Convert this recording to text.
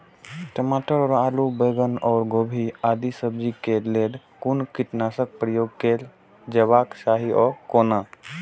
टमाटर और आलू और बैंगन और गोभी आदि सब्जी केय लेल कुन कीटनाशक प्रयोग कैल जेबाक चाहि आ कोना?